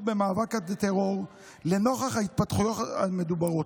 במאבק בטרור לנוכח ההתפתחויות המדוברות.